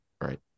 right